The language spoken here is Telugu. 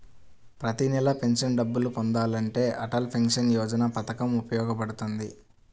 ప్రతి నెలా పెన్షన్ డబ్బులు పొందాలంటే అటల్ పెన్షన్ యోజన పథకం ఉపయోగపడుతుంది